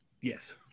Yes